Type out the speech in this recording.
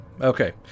okay